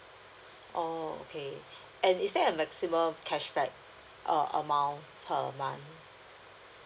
oh okay and is there a maximum cashback uh amount per month